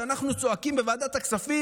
שאנחנו צועקים בוועדת הכספים,